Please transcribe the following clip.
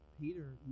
Peter